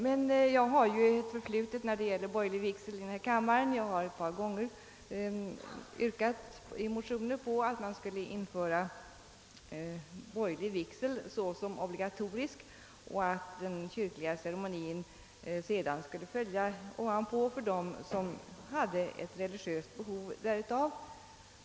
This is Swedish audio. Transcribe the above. Jag har emellertid ett förflutet i denna kammare när det gäller borgerlig vigsel — Jag har ett par gånger i motioner yrkat På att borgerlig vigsel skulle införas så Som obligatorium och att den kyrkliga Ceremonin sedan skulle följa på denna vigsel för dem som hade ett religiöst behov därav.